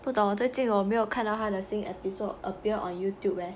不懂我最近我没有看他的新 episode appear on Youtube leh